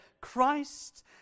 Christ